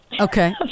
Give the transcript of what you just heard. Okay